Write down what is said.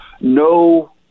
no